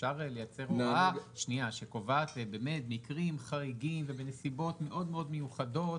אפשר היה לייצר הוראה שקובעת מקרים חריגים ונסיבות מאוד מאוד מיוחדות.